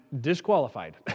disqualified